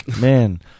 Man